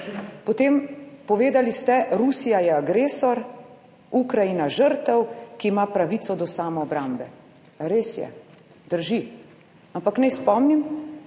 Potem, povedali ste, Rusija je agresor, Ukrajina žrtev, ki ima pravico do samoobrambe. Res je, drži, ampak naj spomnim,